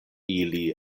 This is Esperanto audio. ili